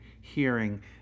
hearing